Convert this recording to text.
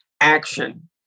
action